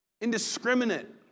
indiscriminate